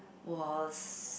was